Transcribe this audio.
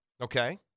Okay